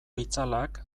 itzalak